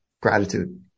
gratitude